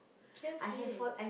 K_F_C